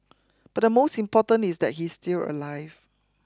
but the most important is that he is still alive